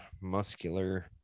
muscular